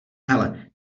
hele